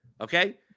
okay